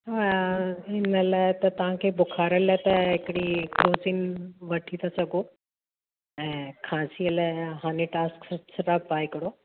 हा हिन लाइ त तव्हांखे बुख़ार लाइ त हिकिड़ी क्रोसिन वठी था सघो ऐं खासीअ लाइ हनीटास सीरप आहे हिकिड़ो